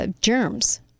germs